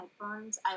headphones